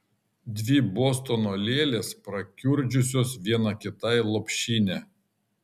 dvi bostono lėlės prakiurdžiusios viena kitai lopšinę